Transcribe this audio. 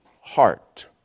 heart